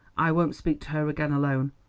i won't speak to her again alone.